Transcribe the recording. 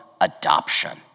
adoption